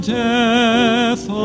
death